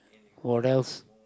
what else